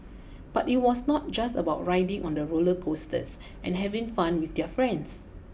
but it was not just about riding on the roller coasters and having fun with their friends